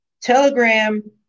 telegram